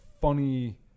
funny